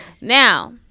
Now